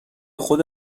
خود